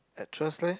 actress leh